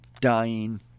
dying